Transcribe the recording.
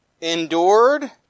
Endured